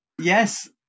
Yes